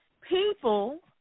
people